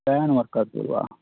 fan work ಆಗ್ತಿಲ್ಲವಾ